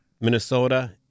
Minnesota